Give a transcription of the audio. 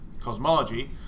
cosmology